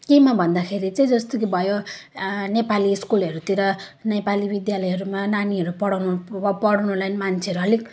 केमा भन्दाखेरि चाहिँ जस्तो कि भयो नेपाली स्कुलहरूतिर नेपाली विद्यालयहरूमा नानीहरू पढाउनु अब पढ्नु नै मान्छेहरू अलिक